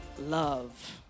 love